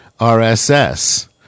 RSS